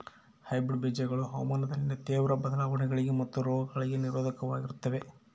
hybrid ಬೇಜಗಳು ಹವಾಮಾನದಲ್ಲಿನ ತೇವ್ರ ಬದಲಾವಣೆಗಳಿಗೆ ಮತ್ತು ರೋಗಗಳಿಗೆ ನಿರೋಧಕವಾಗಿರ್ತವ